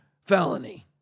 felony